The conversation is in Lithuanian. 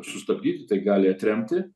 sustabdyti tai galiai atremti